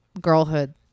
girlhood